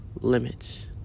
limits